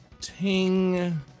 Ting